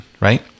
Right